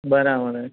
બરાબર